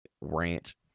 Ranch